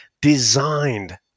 designed